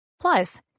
Plus